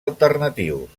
alternatius